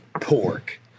pork